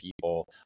people